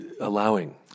allowing